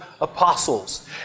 apostles